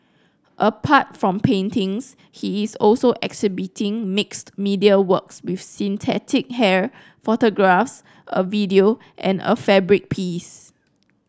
apart from paintings he is also exhibiting mixed media works with synthetic hair photographs a video and a fabric piece